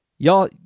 Y'all